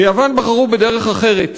ביוון בחרו בדרך אחרת,